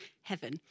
heaven